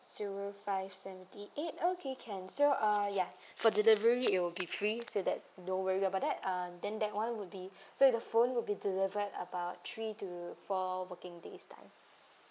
zero five seventy eight okay can so uh ya for delivery it'll be free so that no worry about that uh and then that one would be so the phone would be delivered about three to four working days time